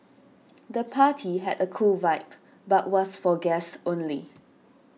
the party had a cool vibe but was for guests only